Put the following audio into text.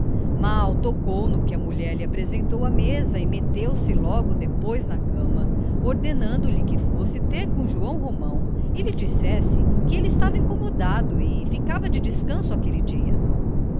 casa mal tocou no que a mulher lhe apresentou à mesa e meteu-se logo depois na cama ordenando lhe que fosse ter com joão romão e lhe dissesse que ele estava incomodado e ficava de descanso aquele dia